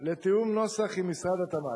לתיאום נוסח עם משרד התמ"ת.